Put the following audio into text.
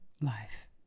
life